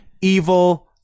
evil